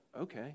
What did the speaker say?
okay